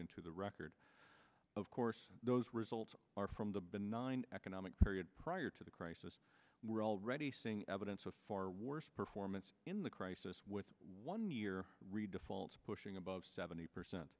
into the record of course those results are from the benign economic period prior to the crisis we're already seeing evidence of far worse performance in the crisis with one year redefault pushing above seventy percent